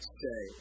say